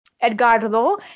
Edgardo